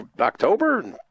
October